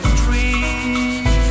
dream